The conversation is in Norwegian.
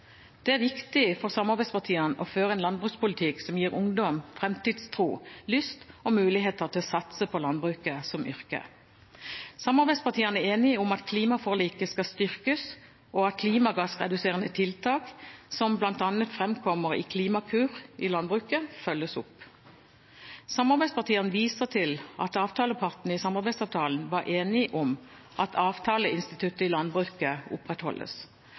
Det er viktig for samarbeidspartiene å føre en landbrukspolitikk som gir ungdom framtidstro, lyst og muligheter til å satse på landbruket som yrke. Samarbeidspartiene er enige om at klimaforliket skal styrkes, og at klimagassreduserende tiltak, som bl.a. framkommer i Klimakur i landbruket, følges opp. Samarbeidspartiene viser til at avtalepartene i samarbeidsavtalen var enige om at avtaleinstituttet i landbruket opprettholdes,